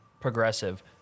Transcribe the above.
progressive